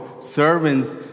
servants